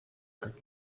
как